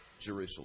Jerusalem